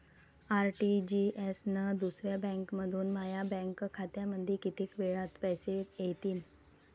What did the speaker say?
RTGS न दुसऱ्या बँकेमंधून माया बँक खात्यामंधी कितीक वेळातं पैसे येतीनं?